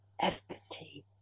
empty